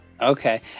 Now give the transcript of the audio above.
Okay